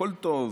הכול טוב,